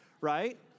Right